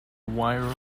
wirral